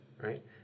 Right